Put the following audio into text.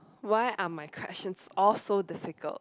why are my questions all so difficult